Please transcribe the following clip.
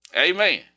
amen